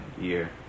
year